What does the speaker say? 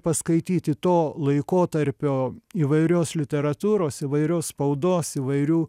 paskaityti to laikotarpio įvairios literatūros įvairios spaudos įvairių